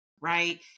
Right